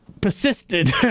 persisted